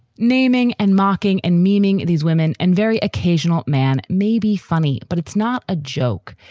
naming and mocking and meaning these women and very occasional man may be funny, but it's not a joke.